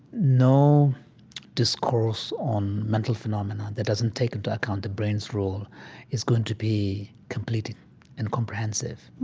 no discourse on mental phenomenon that doesn't take into account the brain's role is going to be complete and comprehensive.